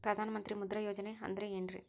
ಪ್ರಧಾನ ಮಂತ್ರಿ ಮುದ್ರಾ ಯೋಜನೆ ಅಂದ್ರೆ ಏನ್ರಿ?